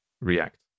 react